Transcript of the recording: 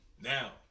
now